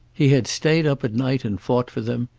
he had stayed up at night and fought for them.